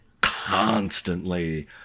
constantly